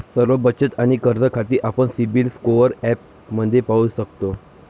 सर्व बचत आणि कर्ज खाती आपण सिबिल स्कोअर ॲपमध्ये पाहू शकतो